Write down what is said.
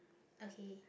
okay